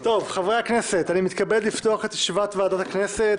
חברי הכנסת, אני מתכבד לפתוח את ישיבת ועדת הכנסת.